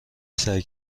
سعی